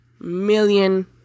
million